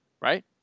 Right